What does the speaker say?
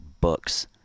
books